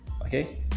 Okay